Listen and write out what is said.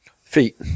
Feet